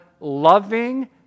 loving